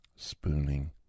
spooning